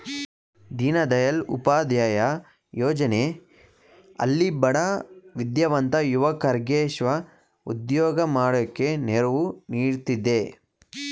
ದೀನದಯಾಳ್ ಉಪಾಧ್ಯಾಯ ಯೋಜನೆ ಹಳ್ಳಿ ಬಡ ವಿದ್ಯಾವಂತ ಯುವಕರ್ಗೆ ಸ್ವ ಉದ್ಯೋಗ ಮಾಡೋಕೆ ನೆರವು ನೀಡ್ತಿದೆ